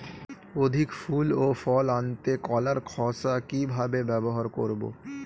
অধিক ফুল ও ফল আনতে কলার খোসা কিভাবে ব্যবহার করব?